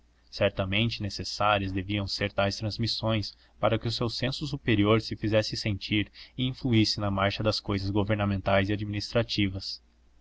certamente necessárias deviam ser tais transmissões para que o seu senso superior se fizesse sentir e influísse na marcha das cousas governamentais e administrativas